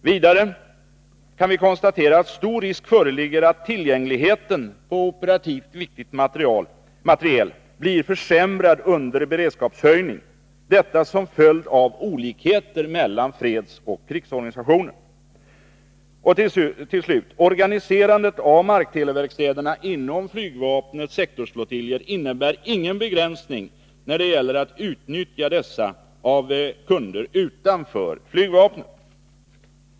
Vidare kan vi konstatera att med FMU-förslaget stor risk föreligger för att tillgängligheten till operativt viktig materiel blir försämrad under beredskapshöjning — detta som en följd av olikheter mellan fredsoch krigsorganisation. Till slut: Organiserandet av markteleverkstäderna inom flygvapnets sektorflottiljer innebär ingen begränsning av kunder utanför flygvapnet när det gäller att utnyttja dessa.